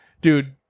Dude